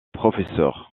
professeur